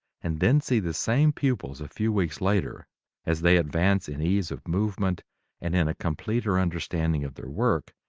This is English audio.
and then see the same pupils a few weeks later as they advance in ease of movement and in a completer understanding of their work,